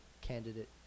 candidate